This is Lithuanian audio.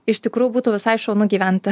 iš tikrųjų būtų visai šaunu gyventi